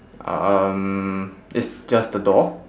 um it's just the door